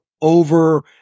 over